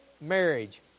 marriage